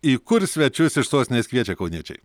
į kur svečius iš sostinės kviečia kauniečiai